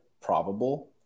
probable